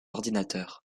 ordinateur